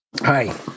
hi